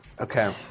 Okay